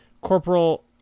Corporal